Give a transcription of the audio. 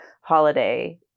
holiday